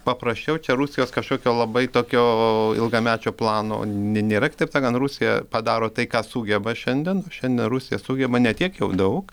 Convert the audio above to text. paprasčiau čia rusijos kažkokio labai tokio ilgamečio plano nė nėra taip sakant rusija padaro tai ką sugeba šiandien šiandien rusija sugeba ne tiek jau daug